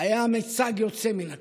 היה מיצג יוצא מן הכלל,